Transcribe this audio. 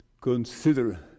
Consider